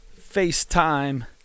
FaceTime